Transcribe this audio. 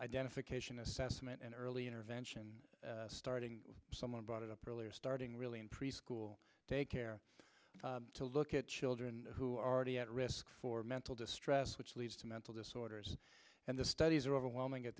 identification assessment and early intervention starting someone brought it up earlier starting really in preschool daycare to look at children who are already at risk for mental distress which leads to mental disorders and the studies are overwhelming at